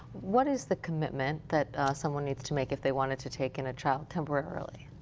what is the commitment that someone needs to make if they wanted to take in a child temporarily?